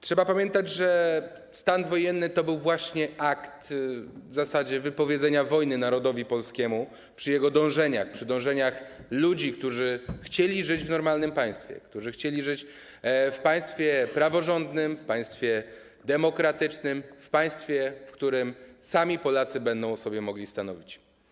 Trzeba pamiętać, że stan wojenny to był akt w zasadzie wypowiedzenia wojny narodowi polskiemu przy jego dążeniach, przy dążeniach ludzi, którzy chcieli żyć w normalnym państwie, którzy chcieli żyć w państwie praworządnym, w państwie demokratycznym, w państwie, w którym sami Polacy będą o sobie mogli stanowić.